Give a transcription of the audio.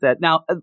Now